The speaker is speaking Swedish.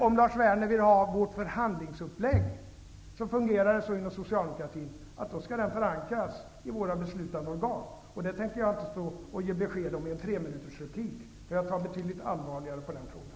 Om Lars Werner vill ha uppgift om vår förhandlingsuppläggning, vill jag säga att det fungerar så inom socialdemokratin att den skall förankras i våra beslutande organ. Jag tänker inte i en treminutersreplik ge besked om den. Jag tar betydligt allvarligare på den frågan.